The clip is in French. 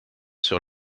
sur